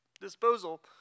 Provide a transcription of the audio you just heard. disposal